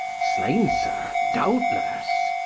slain, sir, doubtless.